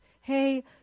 Hey